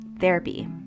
therapy